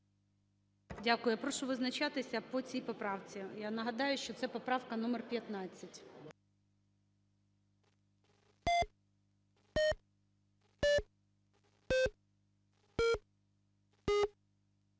Дякую. Я прошу визначатися по цій поправці. Я нагадаю, що це поправка номер 15.